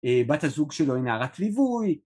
בת הזוג שלו היא נערת ליווי.